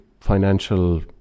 financial